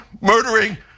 murdering